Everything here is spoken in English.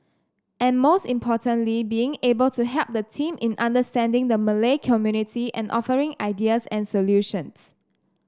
and most importantly being able to help the team in understanding the Malay community and offering ideas and solutions